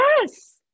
Yes